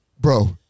Bro